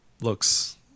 looks